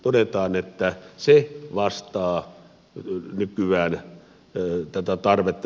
todetaan että se vastaa nykyään tätä tarvetta